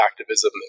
activism